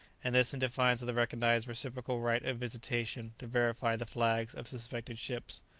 and this in defiance of the recognized reciprocal right of visitation to verify the flags of suspected ships.